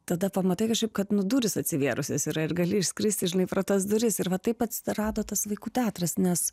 tada pamatai kažkaip kad nu durys atsivėrusios yra ir gali išskristi žinai pro tas duris ir va taip atsirado tas vaikų teatras nes